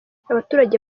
abaturage